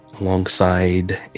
alongside